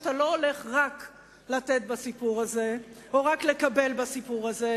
שאתה לא הולך רק לתת בסיפור הזה או רק לקבל בסיפור הזה,